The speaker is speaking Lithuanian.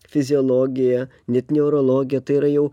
fiziologiją net neurologiją tai yra jau